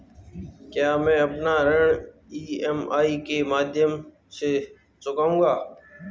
क्या मैं अपना ऋण ई.एम.आई के माध्यम से चुकाऊंगा?